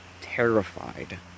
terrified